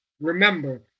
remember